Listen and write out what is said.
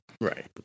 right